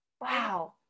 Wow